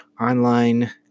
online